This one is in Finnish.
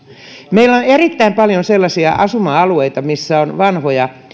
meillä on erittäin paljon sellaisia asuma alueita missä on vanhoja